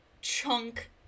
chunk